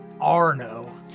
Arno